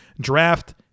draft